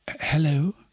Hello